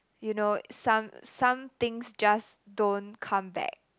you know some some things just don't come back